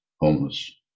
homeless